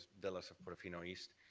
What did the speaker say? villa so portofino east.